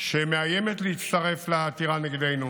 שמאיימת להצטרף לעתירה נגדנו